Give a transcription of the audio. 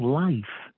life